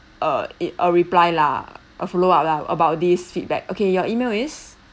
err it a reply lah a follow up lah about this feedback okay your email is